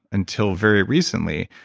until very recently,